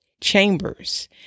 chambers